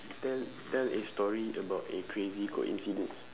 tell tell a story about a crazy coincidence